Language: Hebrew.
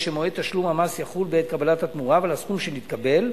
שמועד תשלום המס יחול בעת קבלת התמורה ועל הסכום שנתקבל.